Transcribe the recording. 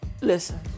Listen